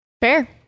Fair